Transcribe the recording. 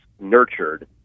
nurtured